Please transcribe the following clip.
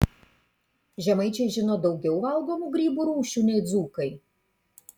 žemaičiai žino daugiau valgomų grybų rūšių nei dzūkai